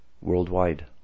worldwide